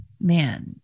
man